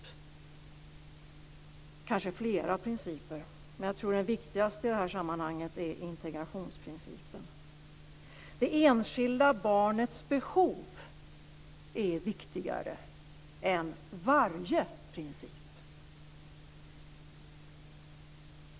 Det kanske handlar om flera principer, men jag tror att den viktigaste i det här sammanhanget är integrationsprincipen. Det enskilda barnets behov är viktigare än varje princip.